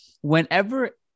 whenever